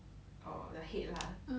err the head lah